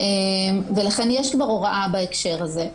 ולכן יש כבר הוראה בהקשר הזה.